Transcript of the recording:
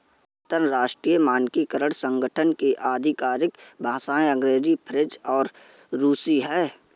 अंतर्राष्ट्रीय मानकीकरण संगठन की आधिकारिक भाषाएं अंग्रेजी फ्रेंच और रुसी हैं